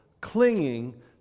clinging